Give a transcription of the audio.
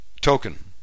token